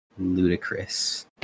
Ludicrous